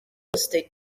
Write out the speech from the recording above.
estate